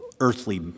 earthly